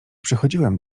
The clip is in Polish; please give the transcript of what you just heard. przychodziłem